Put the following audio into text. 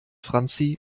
franzi